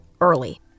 early